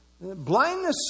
Blindness